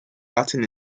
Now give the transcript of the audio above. latin